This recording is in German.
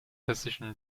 hessischen